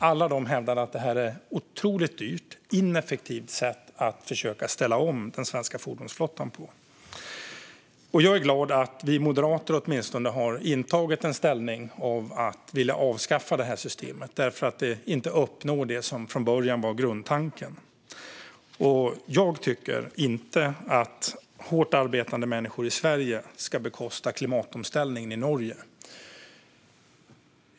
Alla de hävdar att det är ett otroligt dyrt och ineffektivt sätt att försöka ställa om den svenska fordonsflottan på. Jag är glad att vi moderater åtminstone har intagit ställningen att vilja avskaffa det här systemet därför att det inte uppnår det som från början var grundtanken. Jag tycker inte att hårt arbetande människor i Sverige ska bekosta klimatomställningen i Norge. Fru talman!